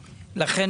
לכן,